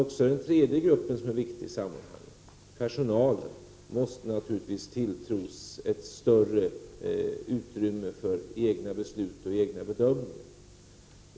Även den tredje gruppen som är viktig i sammanhanget, personalen, måste tilltros ett större utrymme för egna beslut och egna bedömningar.